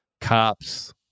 cops